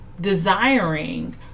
desiring